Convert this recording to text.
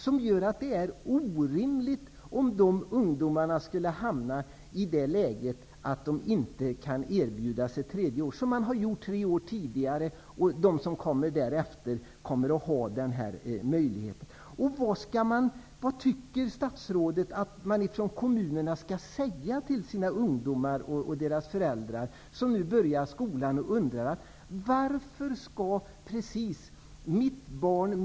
Den gör det orimligt för dessa ungdomar om de skulle hamna i det läget att de inte kan erbjudas ett tredje år -- en möjlighet som tidigare har funnits och som kommer att finnas för de elever som kommer senare.